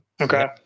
Okay